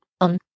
On